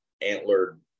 antlered